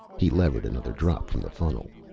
he levered another drop from the funnel.